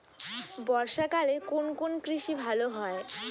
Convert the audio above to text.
বর্ষা কালে কোন কোন কৃষি ভালো হয়?